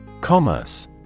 Commerce